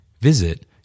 Visit